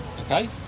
okay